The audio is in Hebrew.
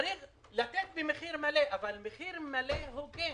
צריך לתת במחיר מלא, אבל במחיר מלא הוגן.